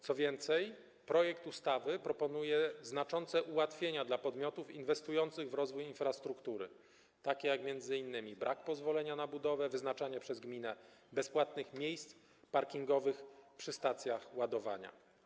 Co więcej, projekt ustawy proponuje znaczące ułatwienia dla podmiotów inwestujących w rozwój infrastruktury, m.in. brak pozwolenia na budowę, wyznaczanie przez gminę bezpłatnych miejsc parkingowych przy stacjach ładowania.